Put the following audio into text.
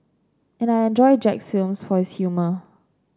and I enjoy Jack's films for his humour